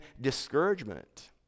discouragement